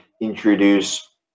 introduce